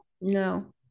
No